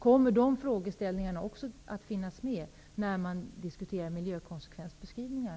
Kommer de frågeställningarna också att finnas med när man diskuterar miljökonsekvensbeskrivningar?